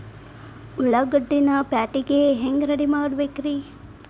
ಉಳ್ಳಾಗಡ್ಡಿನ ಪ್ಯಾಟಿಗೆ ಹ್ಯಾಂಗ ರೆಡಿಮಾಡಬೇಕ್ರೇ?